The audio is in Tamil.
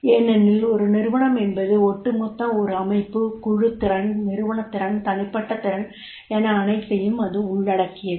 ஏனெனில் ஒரு நிறுவனம் என்பது ஒட்டுமொத்த ஒரு அமைப்பு குழுத் திறன் நிறுவனத் திறன் தனிப்பட்ட திறன் என அனைத்தையும் அது உள்ளடக்கியது